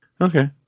Okay